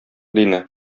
дине